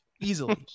Easily